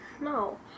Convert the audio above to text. No